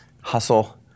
hustle